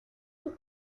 sus